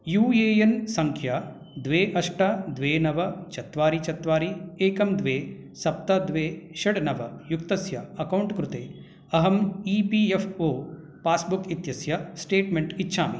you A N सङ्ख्या द्वे अष्ट द्वे नव चत्वारि चत्वारि एकं द्वे सप्त द्वे षट् नव युक्तस्य अकौण्ट् कृते अहम् E P F O passbook इत्यस्य स्टेट्मेण्ट् इच्छामि